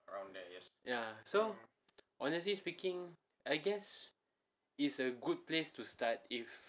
ya so honestly speaking I guess is a good place to start if